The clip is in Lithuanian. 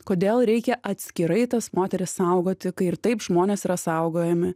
kodėl reikia atskirai tas moteris saugoti kai ir taip žmonės yra saugojami